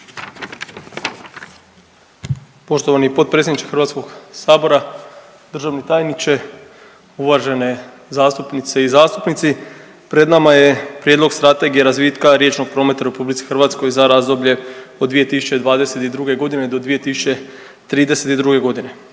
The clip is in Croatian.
Poštovani potpredsjedniče HS-a, državni tajniče, uvažene zastupnice i zastupnici. Pred nama je Prijedlog Strategije razvitka riječnog prometa u RH za razdoblje od 2022.g. do 2032.g.